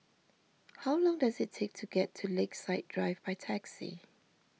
how long does it take to get to Lakeside Drive by taxi